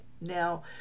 Now